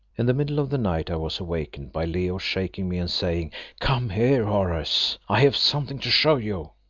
in the middle of the night i was awakened by leo shaking me and saying come here, horace, i have something to show you.